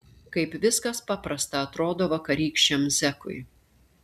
kaip viskas paprasta atrodo vakarykščiam zekui